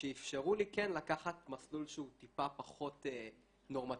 שאפשרו לי כן לקחת מסלול שהוא טיפה פחות נורמטיבי,